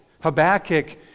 Habakkuk